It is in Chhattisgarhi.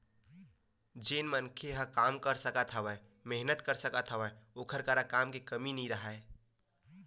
जेन मनखे ह काम कर सकत हवय, मेहनत कर सकत हवय ओखर करा काम के कमी नइ राहय